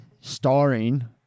starring